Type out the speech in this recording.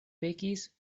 pekis